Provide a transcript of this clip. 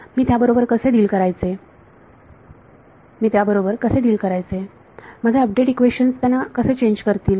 मी त्याबरोबर कसे डिल करायचे माझे अपडेट इक्वेशन्स त्यांना कसे चेंज करतील